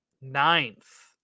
ninth